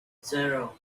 zero